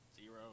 Zero